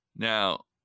Now